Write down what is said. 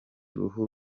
uruhu